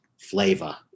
flavor